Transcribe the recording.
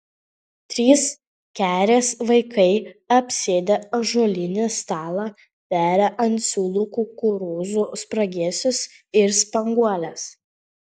trys kerės vaikai apsėdę ąžuolinį stalą veria ant siūlų kukurūzų spragėsius ir spanguoles